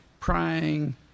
praying